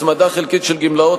הצמדה חלקית של גמלאות,